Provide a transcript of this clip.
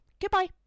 Goodbye